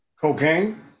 cocaine